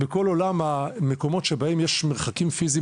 בכל עולם המקומות שבהם יש מרחקים פיזיים